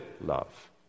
love